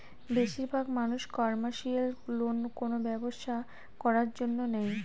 বেশির ভাগ মানুষ কমার্শিয়াল লোন কোনো ব্যবসা করার জন্য নেয়